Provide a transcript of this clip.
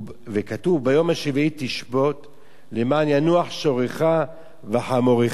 וכתוב: "ביום השביעי תשבֹת למען ינוח שורך וחמֹרך"